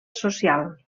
social